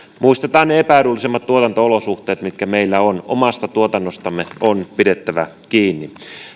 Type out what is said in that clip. muistetaan ne epäedullisemmat tuotanto olosuhteet mitkä meillä on omasta tuotannostamme on pidettävä kiinni